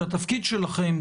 שהתפקיד שלכם,